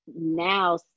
now